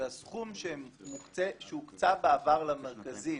שהסכום שהוקצה בעבר למרכזים,